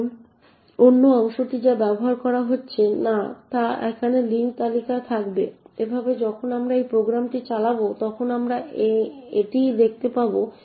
এখন অন্য অংশটি যা ব্যবহার করা হচ্ছে না তা এখনও লিঙ্ক তালিকায় থাকবে এভাবে যখন আমরা এই প্রোগ্রামটি চালাব তখন আমরা এটিই দেখতে পাব